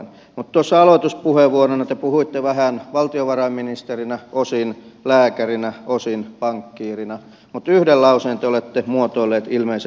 mutta tuossa aloituspuheenvuorossa te puhuitte vähän valtiovarainministerinä osin lääkärinä osin pankkiirina mutta yhden lauseen te olette muotoillut ilmeisen huolellisesti